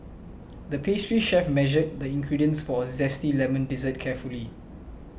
the pastry chef measured the ingredients for a Zesty Lemon Dessert carefully